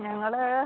ഞങ്ങൾ